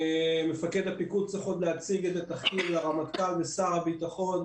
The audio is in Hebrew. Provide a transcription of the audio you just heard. מפקד הפיקוד צריך עוד להציג את התחקיר לרמטכ"ל ולשר הביטחון,